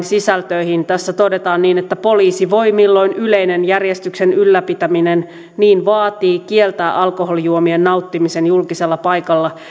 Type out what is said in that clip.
sisältöihin tässä todetaan niin että poliisi voi milloin yleinen järjestyksen ylläpitäminen niin vaatii kieltää alkoholijuomien nauttimisen julkisella paikalla